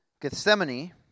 Gethsemane